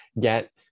get